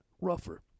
rougher